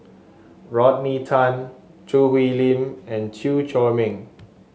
Rodney Tan Choo Hwee Lim and Chew Chor Meng